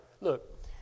Look